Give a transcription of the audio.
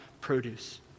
produce